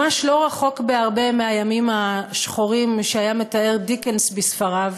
ממש לא רחוק בהרבה מהימים השחורים שתיאר דיקנס בספריו,